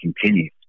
continues